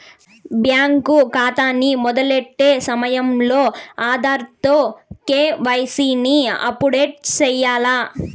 bank కాతాని మొదలెట్టే సమయంలో ఆధార్ తో కేవైసీని అప్పుడేటు సెయ్యాల్ల